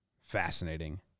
fascinating